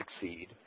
succeed